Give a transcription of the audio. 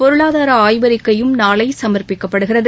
பொருளாதார ஆய்வறிக்கையும் நாளை சமர்ப்பிக்கப்படுகிறது